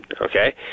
okay